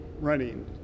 running